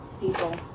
people